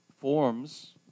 forms